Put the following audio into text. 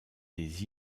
des